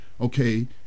okay